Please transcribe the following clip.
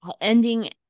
ending